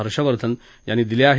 हर्षवर्धन यांनी दिले आहेत